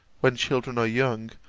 when children are young,